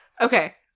okay